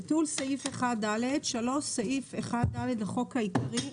"ביטול סעיף 1ד סעיף 1ד לחוק העיקרי,